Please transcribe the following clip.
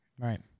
Right